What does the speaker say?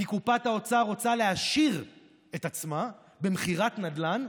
כי קופת האוצר רוצה להעשיר את עצמה במכירת נדל"ן,